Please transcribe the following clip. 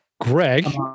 Greg